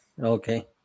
Okay